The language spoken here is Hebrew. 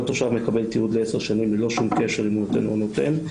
תושב מקבל תיעוד לעשר שנים ללא שום קשר אם הוא נותן או לא נותן.